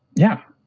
yeah,